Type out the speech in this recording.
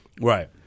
Right